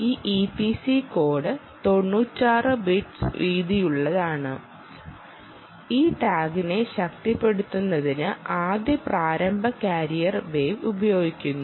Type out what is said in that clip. ഈ EPC code 96 bits വീതിയുള്ളതാണ് ഈ ടാഗിനെ ശക്തിപ്പെടുത്തുന്നതിന് ആദ്യ പ്രാരംഭ കാരിയർ വേവ് ഉപയോഗിക്കുന്നു